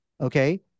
Okay